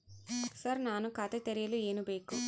Sir ನಾನು ಖಾತೆ ತೆರೆಯಲು ಏನು ಬೇಕು?